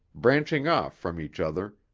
branching off from each other,